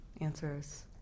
answers